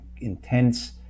intense